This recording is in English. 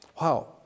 Wow